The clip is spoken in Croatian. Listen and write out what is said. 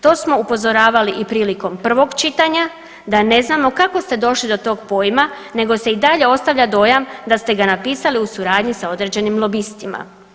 To smo upozoravali i prilikom prvog čitanja da ne znamo kako ste došli do tog pojma, nego se i dalje ostavlja dojam da ste ga napisali u suradnji sa određenim lobistima.